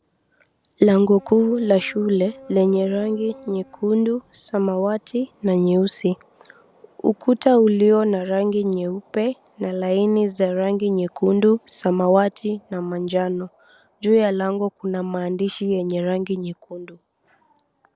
Lango kuu la shule lenye rangi nyekundu, samawati na nyeusi. Ukuta ulio na rangi nyeupe na laini za rangi nyekundu, samawati na manjano. Juu ya lango kuna mahandishi yenye rangi nyekundu.